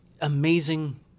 Amazing